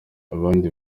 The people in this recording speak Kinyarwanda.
abandi